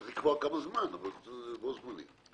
צריך לקבוע כמה זמן, אבל בו בזמן.